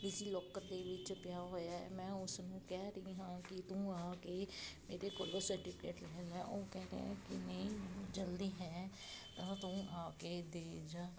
ਦੇ ਵਿੱਚ ਪਿਆ ਹੋਇਆ ਮੈਂ ਉਸ ਨੂੰ ਕਹਿ ਰਹੀ ਆ ਕਿ ਤੂੰ ਆ ਕੇ ਇਹਦੇ ਕੋਲੋਂ ਸਰਟੀਫਿਕੇਟ ਲੈਣਾ ਉਹ ਕਹਿ ਰਿਹਾ ਕਿ ਨਹੀਂ ਜਲਦੀ ਹੈ ਤਾਂ ਤੂੰ ਆ ਕੇ ਦੇ ਜਾ